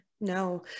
No